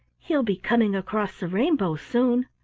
he'll be coming across the rainbow soon.